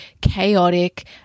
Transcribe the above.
chaotic